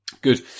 Good